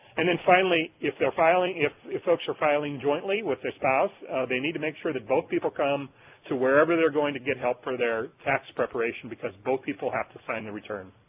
and then finally if they're filing, if if folks are filing jointly with their spouse they need to make sure that both people come to wherever they're going to get help for their tax preparation because both people have to sign the return.